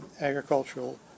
agricultural